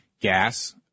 gas